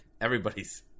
everybody's